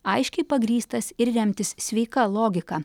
aiškiai pagrįstas ir remtis sveika logika